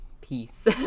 Peace